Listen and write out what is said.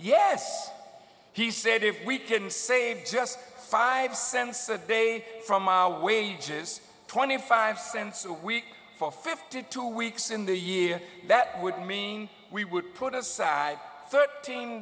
yes he said if we can save just five cents a day from our wages twenty five cents a week for fifty two weeks in the year that would mean we would put aside thirteen